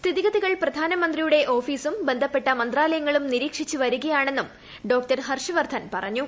സ്ഥിതിഗതികൾ പ്രധാനമന്ത്രിയുടെ ഓഫീസും ബന്ധപ്പെട്ട മന്ത്രാലയങ്ങളും നിരീക്ഷിച്ചു വരികയാണെന്നും ഡോ ഹർഷ് വർദ്ധൻ പറഞ്ഞു